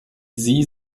sie